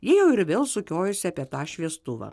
jie jau ir vėl sukiojosi apie tą šviestuvą